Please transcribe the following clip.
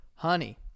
honey